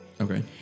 Okay